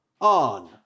on